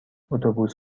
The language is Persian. اتوبوس